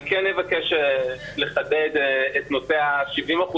אני כן אבקש לחדד את נושא ה-70%,